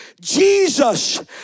Jesus